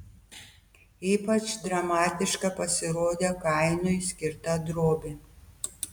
ypač dramatiška pasirodė kainui skirta drobė